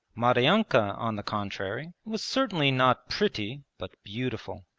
maryanka on the contrary was certainly not pretty but beautiful.